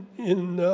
in